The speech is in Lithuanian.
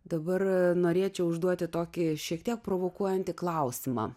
dabar norėčiau užduoti tokį šiek tiek provokuojantį klausimą